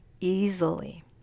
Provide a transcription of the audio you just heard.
easily